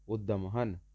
ਉੱਦਮ ਹਨ